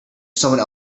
someone